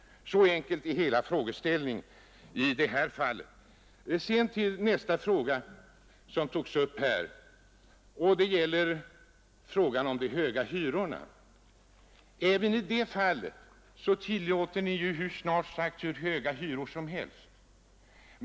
Så enkel är hela frågeställningen. Sedan till nästa fråga som togs upp här, frågan om de höga hyrorna. Ni tillåter snart sagt hur höga hyror som helst.